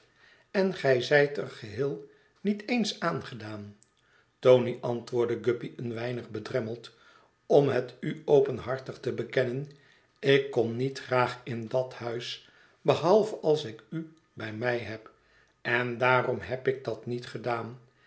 en gij zijt er geheel niet eens aangegaan tony antwoordt guppy een weinig bedremmeld om het u openhartig te bekennen ik kom niet graag in dat huis behalve als ik u bij mij heb en daarom heb ik dat niet gedaan